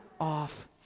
off